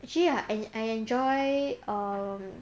actually I I enjoy err